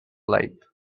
life